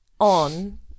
on